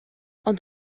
ond